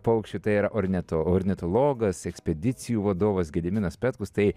paukščių tai yra orne ornitologas ekspedicijų vadovas gediminas petkus tai